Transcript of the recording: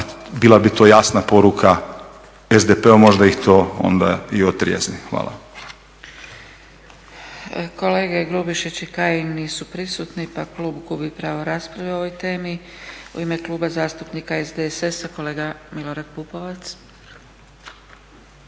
bila bi to jasna poruka SDP-u, možda ih to onda i otrijezni. Hvala. **Zgrebec, Dragica (SDP)** Kolega Grubišić i Kajin nisu prisutni pa klub gubi pravo rasprave o ovoj temi. U ime Kluba zastupnika SDSS-a, kolega Milorad Pupovac.